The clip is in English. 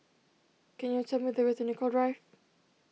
can you tell me the way to Nicoll Drive